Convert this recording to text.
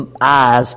eyes